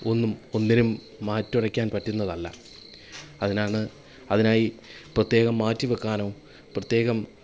ഒന്നും ഒന്നിനും മാറ്റുരയ്ക്കാൻ പറ്റുന്നതല്ല അതിനാണ് അതിനായി പ്രത്യേകം മാറ്റി വെക്കാനോ പ്രത്യേകം